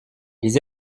les